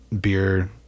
beer